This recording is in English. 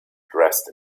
dressed